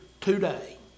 today